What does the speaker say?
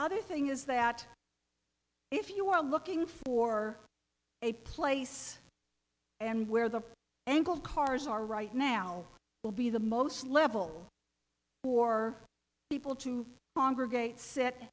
other thing is that if you are looking for a place and where the angle cars are right now will be the most level for people to congregate s